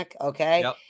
Okay